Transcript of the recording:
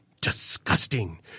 Disgusting